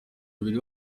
abiri